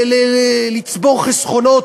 לצבור חסכונות,